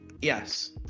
Yes